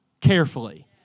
carefully